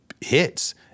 hits